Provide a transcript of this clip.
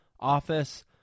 office